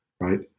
right